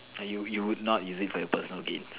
like you you would not use it for your personal gains